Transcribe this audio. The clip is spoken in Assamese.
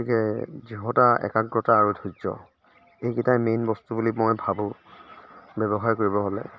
গতিকে দৃঢ়তা একাগ্ৰতা আৰু ধৈৰ্য এইকেইটাই মেইন বস্তু বুলি মই ভাবোঁ ব্য়ৱসায় কৰিব হ'লে